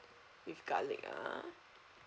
with garlic ah